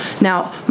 Now